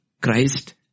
Christ